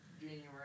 January